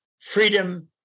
freedom